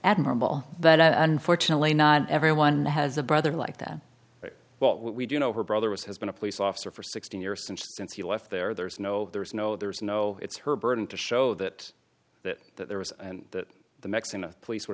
admirable that unfortunately not everyone has a brother like that but what we do know her brother was has been a police officer for sixteen years and since he left there there's no there's no there's no it's her burden to show that that that there was and that the next in a place w